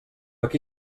aquí